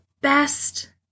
best